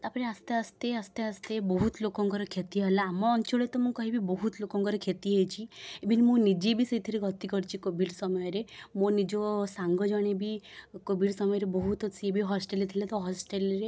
ତା'ପରେ ଆସ୍ତେ ଆସ୍ତେ ଆସ୍ତେ ବହୁତ ଲୋକଙ୍କର କ୍ଷତି ହେଲା ଆମ ଅଞ୍ଚଳରେ ତ ମୁଁ କହିବି ବହୁତ ଲୋକଙ୍କର କ୍ଷତି ହେଇଛି ଇଭିନ୍ ମୁଁ ନିଜେ ବି ସେଇଥିରେ ଗତି କରିଛି କୋଭିଡ଼୍ ସମୟରେ ମୋ ନିଜ ସାଙ୍ଗ ଜଣେ ବି କୋଭିଡ଼୍ ସମୟରେ ବହୁତ ସିଏ ବି ହଷ୍ଟେଲ୍ରେ ଥିଲେ ତ ହଷ୍ଟେଲ୍ରେ